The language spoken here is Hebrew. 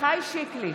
עמיחי שיקלי,